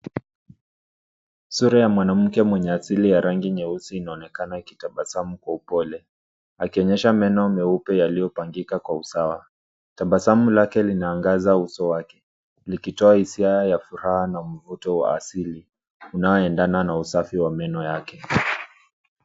Sura ya mwanamke mwenye asili ya rangi nyeusi inaonekana akitabasamu kwa upole. Akionyesha meno meupe yaliyopangika kwa usawa. Tabasamu lake linaangaza uso wake, likitoa hisia ya furaha na mvuto wa asili unaoendana na usafi wa meno yake.